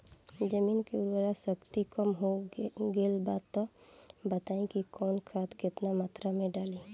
जमीन के उर्वारा शक्ति कम हो गेल बा तऽ बताईं कि कवन खाद केतना मत्रा में डालि?